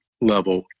level